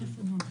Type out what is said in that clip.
כן.